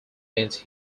means